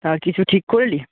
তা কিছু ঠিক করলি